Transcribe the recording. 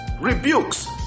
rebukes